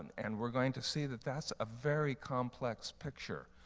and we're going to see that that's a very complex picture.